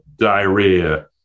Diarrhea